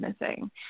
missing